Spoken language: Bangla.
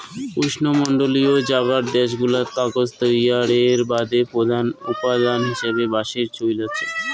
উষ্ণমণ্ডলীয় জাগার দ্যাশগুলাত কাগজ তৈয়ারের বাদে প্রধান উপাদান হিসাবে বাঁশের চইল আচে